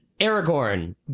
Aragorn